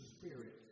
Spirit